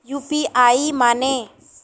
UPI माने?